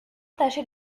tâchait